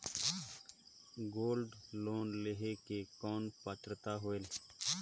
Gold loan लेहे के कौन पात्रता होएल?